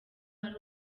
hari